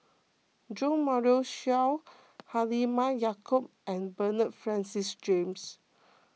Jo Marion Seow Halimah Yacob and Bernard Francis James